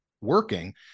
working